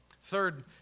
Third